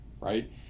right